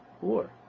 war